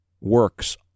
works